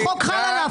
החוק חל עליו,